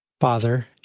Father